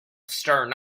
stern